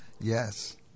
Yes